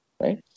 right